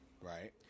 Right